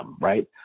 right